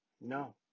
no